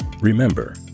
Remember